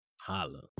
Holla